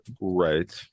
right